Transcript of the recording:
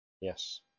Yes